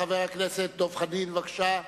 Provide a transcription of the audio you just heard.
חבר הכנסת דב חנין, בבקשה.